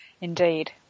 Indeed